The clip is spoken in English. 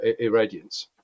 irradiance